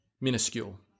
minuscule